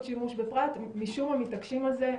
שימוש בפרט זה ומשום מה מתעקשים על זה.